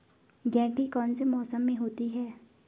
गेंठी कौन से मौसम में होती है?